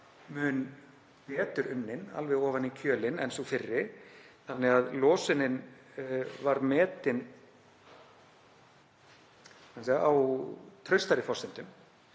mun betur unnin, alveg ofan í kjölinn, en sú fyrri þannig að losunin var metin á traustari forsendum